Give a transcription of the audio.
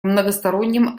многостороннем